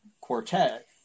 quartet